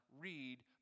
read